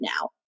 now